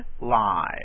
live